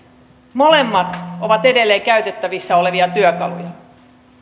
molemmat ovat edelleen käytettävissä olevia työkaluja